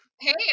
Hey